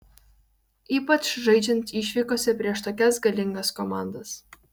ypač žaidžiant išvykose prieš tokias galingas komandas